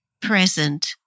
present